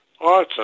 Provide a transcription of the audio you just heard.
Awesome